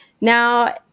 Now